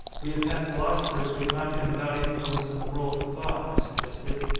we have had philosophers who have not been without influence in the world of thought, i sug gested.